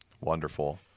Wonderful